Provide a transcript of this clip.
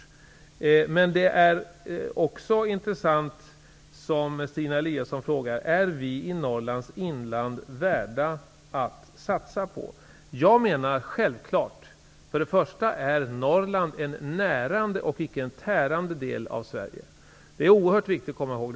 Stina Eliasson ställde en annan intressant fråga: Är vi i Norrlands inland värda att satsa på? Självfallet. För det första är Norrland en närande och icke en tärande del av Sverige, vilket är oerhört viktigt att komma ihåg.